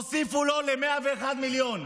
הוסיפו לו ל-101 מיליון.